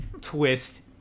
twist